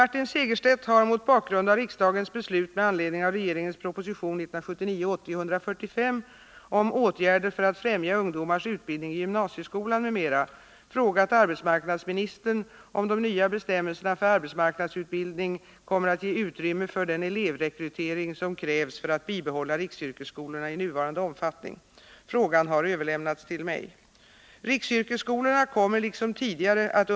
Riksyrkesskolorna i Hedenäset, Torpshammar, Hudiksvall och Gamleby bedriver arbetsmarknadsutbildning för arbetslös ungdom i åldern 16-18 år. I riksdagsbeslutet om begränsning av de arbetsmarknadspolitiska åtgärderna för denna åldersgrupp togs riksyrkesskolornas verksamhet inte upp. Detta har på skolorna väckt oro för elevrekryteringen och därmed för skolornas fortbestånd.